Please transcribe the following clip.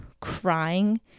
Crying